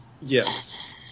Yes